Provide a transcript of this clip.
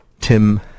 Tim